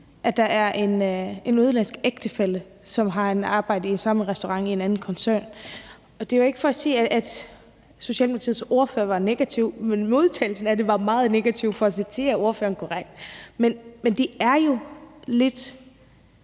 der er en udenlandsk ægtefælle, som har et arbejde i den samme restaurant eller i en anden koncern. Og det var jo ikke for at sige, at Socialdemokratiets ordfører var negativ, men modtagelsen af det var – for at citere ordføreren korrekt – meget negativ. Men det er jo lidt